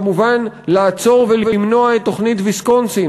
כמובן לעצור ולמנוע את תוכנית ויסקונסין,